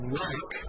work